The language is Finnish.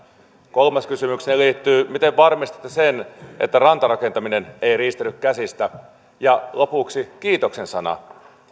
kolmas kysymykseni liittyy siihen miten varmistatte sen että rantarakentaminen ei riistäydy käsistä ja lopuksi kiitoksen sana